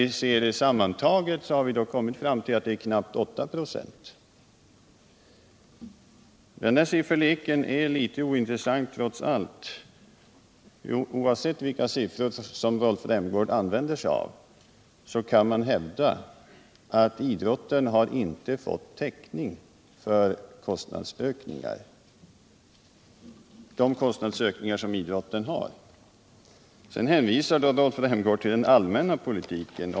Sammantaget uppgår ökningen till knappt 8 96. Den här sifferleken är litet ointressant. Oavsett vilka siffror man använder sig av måste man konstatera att idrotten inte fått täckning för sina kostnadsökningar. Rolf Rämgård hänvisade till den allmänna politiken.